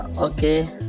okay